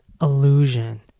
illusion